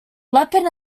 leopold